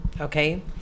okay